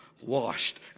washed